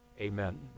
amen